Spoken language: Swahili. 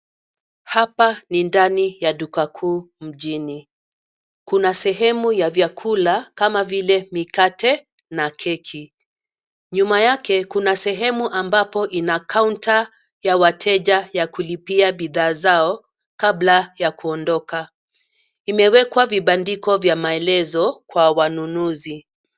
Hapa ni ndani ya duka kuu mjini. Kuna sehemu ya vyakula kama vile mikate na keki, nyuma yake kuna sehemu ambapo ina kaunta ya wateja ya kulipia bidhaa zao kabla ya kuondoka. Imewekwa vibandiko vya maelezo kwa wanunuzi.